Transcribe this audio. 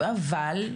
אבל,